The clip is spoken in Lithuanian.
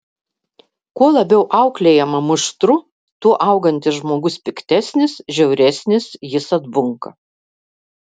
kuo labiau auklėjama muštru tuo augantis žmogus piktesnis žiauresnis jis atbunka